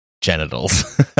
genitals